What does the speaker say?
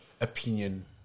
opinion